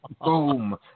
boom